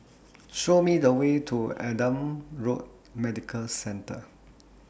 Show Me The Way to Adam Road Medical Centre